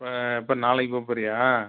எப்போ எப்போ நாளைக்கு போக போறியா